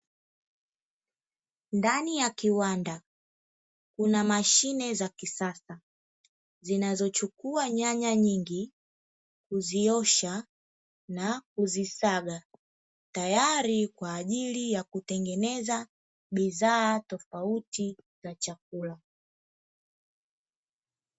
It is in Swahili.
Ndani ya kiwanda kuna mashine za kisasa zinazochukua nyanya nyingi, kuziosha na kuzisaga tayari kwa ajili ya kutengeneza bidhaa tofauti za chakula.